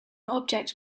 object